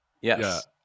yes